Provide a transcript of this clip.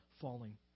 falling